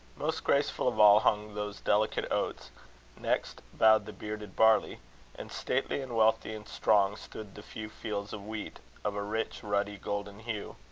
most graceful of all hung those delicate oats next bowed the bearded barley and stately and wealthy and strong stood the few fields of wheat, of a rich, ruddy, golden hue.